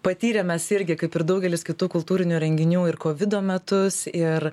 patyrę mes irgi kaip ir daugelis kitų kultūrinių renginių ir kovido metus ir